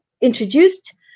introduced